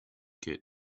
kit